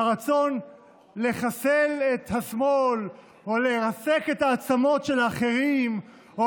ברצון לחסל את השמאל או לרסק את העצמות של האחרים או